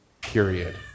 period